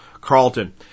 Carlton